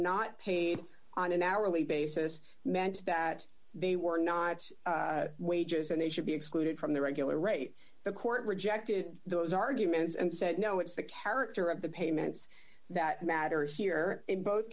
not paid on an hourly basis meant that they were not wages and they should be excluded from the regular rate the court rejected those arguments and said no it's the character of the payments that matter here in both